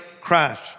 crash